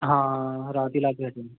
ਹਾਂ ਰਾਤ ਹੀ ਲਾ ਕੇ ਹਟਿਆ